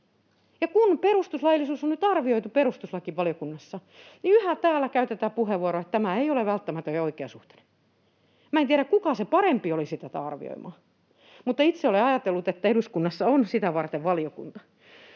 kun perustuslaillisuus on nyt arvioitu perustuslakivaliokunnassa, niin yhä täällä käytetään puheenvuoroja, että tämä ei ole välttämätön ja oikeasuhtainen. Minä en tiedä, kuka se parempi olisi tätä arvioimaan, mutta itse olen ajatellut, että eduskunnassa on sitä varten valiokunta.